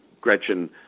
Gretchen